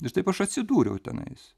ir taip aš atsidūriau tenais